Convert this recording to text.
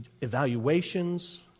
evaluations